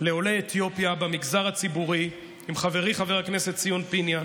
לעולי אתיופיה במגזר הציבורי עם חברי חבר הכנסת ציון פיניאן,